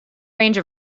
range